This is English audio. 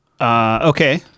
okay